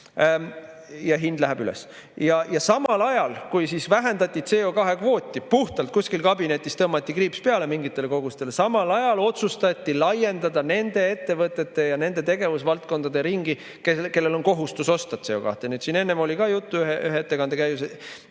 Ja hind läheb üles. Samal ajal, kui vähendati CO2kvooti – puhtalt kuskil kabinetis tõmmati kriips peale mingitele kogustele –, otsustati laiendada nende ettevõtete ja nende tegevusvaldkondade ringi, kellel on kohustus osta CO2. Siin enne oli ka juttu ühe ühe ettekande käigus